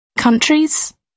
Countries